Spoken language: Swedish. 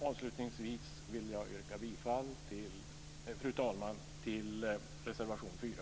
Avslutningsvis vill jag yrka bifall till reservation 4.